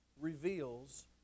reveals